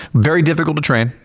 very difficult to train.